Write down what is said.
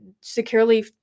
securely